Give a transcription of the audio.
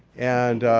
and